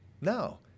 no